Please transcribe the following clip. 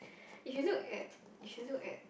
if you look at you look at